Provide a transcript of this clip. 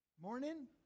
Morning